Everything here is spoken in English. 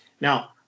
now